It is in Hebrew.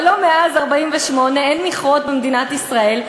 אבל לא מאז 1948. אין מכרות במדינת ישראל,